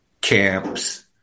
camps